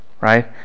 right